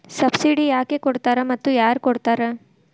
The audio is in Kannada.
ಸಬ್ಸಿಡಿ ಯಾಕೆ ಕೊಡ್ತಾರ ಮತ್ತು ಯಾರ್ ಕೊಡ್ತಾರ್?